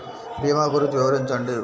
భీమా గురించి వివరించండి?